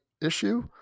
issue